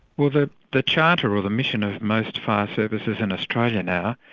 well the the charter, or the mission of most fire services in australia now,